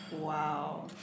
wow